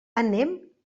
anem